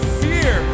fear